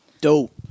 Dope